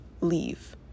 leave